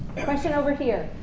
question over here?